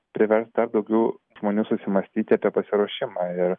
privers dar daugiau žmonių susimąstyti apie pasiruošimą ir